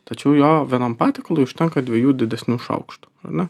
tačiau jo vienam patiekalui užtenka dviejų didesnių šaukštų ar ne